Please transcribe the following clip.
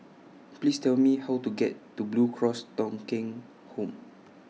Please Tell Me How to get to Blue Cross Thong Kheng Home